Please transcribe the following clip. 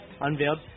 unveiled